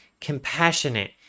compassionate